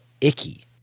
icky